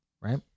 right